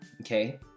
Okay